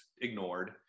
ignored